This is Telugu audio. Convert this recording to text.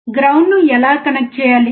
గ్రౌండ్ ను ఎలా కనెక్ట్ చేయాలి